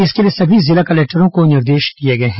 इसके लिए सभी जिला कलेक्टरों को निर्देश दिए गए हैं